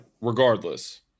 regardless